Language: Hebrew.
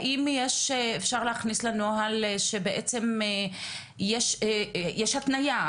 האם יש אפשרות להכניס לנוהל שבעצם יש התנייה.